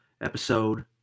episode